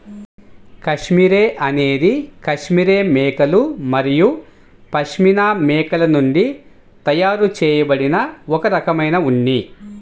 cashmere అనేది cashmere మేకలు మరియు పష్మినా మేకల నుండి తయారు చేయబడిన ఒక రకమైన ఉన్ని